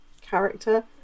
character